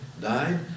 died